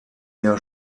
jahr